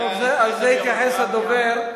לזה התייחס הדובר.